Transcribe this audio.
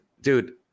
dude